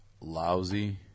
lousy